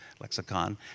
lexicon